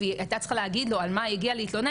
והיא היתה צריכה להגיד לו על מה היא הגיעה להתלונן,